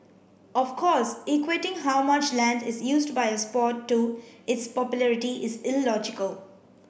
of course equating how much land is used by a sport to its popularity is illogical